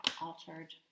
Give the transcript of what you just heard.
altered